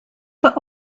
for